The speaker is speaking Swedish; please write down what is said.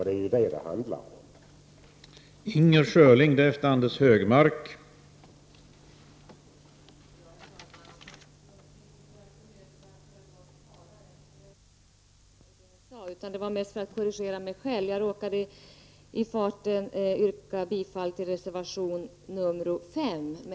Det är detta det handlar om.